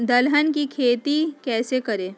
दलहन की खेती कैसे करें?